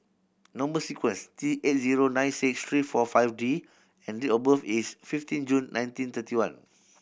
number sequence T eight zero nine six three four five D and date of birth is fifteen June nineteen thirty one